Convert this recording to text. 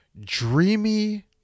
dreamy